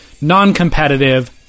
non-competitive